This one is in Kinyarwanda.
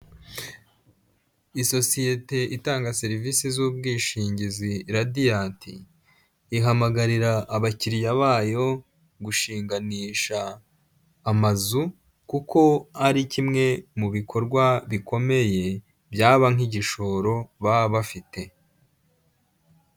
Isosiyete itanga serivisi z'ubwishingizi Radiant, ihamagarira abakiriya bayo gushinganisha amazu, kuko ari kimwe mu bikorwa bikomeye byaba nk'igishoro baba bafite.